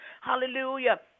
Hallelujah